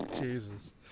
Jesus